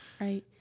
right